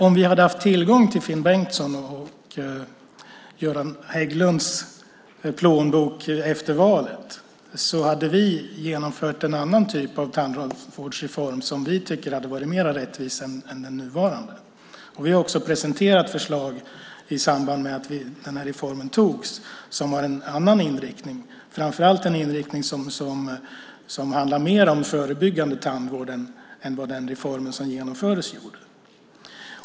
Om vi hade haft tillgång till Finn Bengtssons och Göran Hägglunds plånbok efter valet hade vi genomfört en annan typ av tandvårdsreform som vi tycker hade varit mer rättvis än den nuvarande. Vi har också presenterat förslag i samband med att reformen antogs som har en annan inriktning, framför allt en inriktning mot mer förebyggande tandvård än vad den reform som har genomförts innebär.